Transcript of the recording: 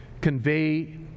convey